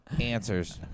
Answers